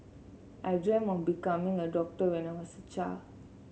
I dreamt of becoming a doctor when I was a child